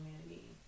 community